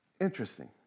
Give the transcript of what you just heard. Interesting